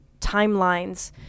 timelines